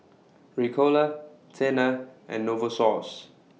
Ricola Tena and Novosource